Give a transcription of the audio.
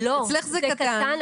אצלך זה קטן,